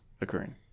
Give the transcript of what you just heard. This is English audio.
occurring